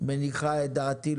מניחה את דעתי.